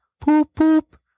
POOP-POOP